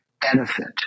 benefit